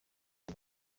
y’u